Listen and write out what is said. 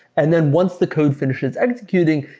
and then once the code finishes executing,